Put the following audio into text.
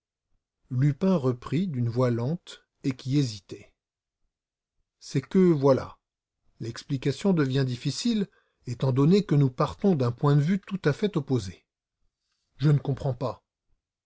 lupin reprit d'une voix lente et qui hésitait c'est que voilà l'explication devient difficile étant donné que nous partons d'un point de vue tout à fait opposé je ne comprends pas